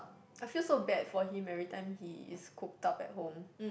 I feel so bad for him every time he is cooped up at home